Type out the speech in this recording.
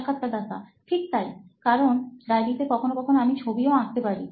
সাক্ষাৎকারদাতাঠিক তাই কারণ ডায়রিতে কখনো কখনো আমি ছবিও আঁকতে পারি